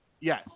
yes